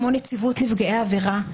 כמו נציבות נפגעי עבירה.